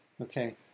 Okay